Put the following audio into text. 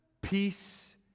peace